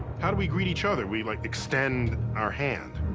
how do we greet each other? we, like, extend our hand.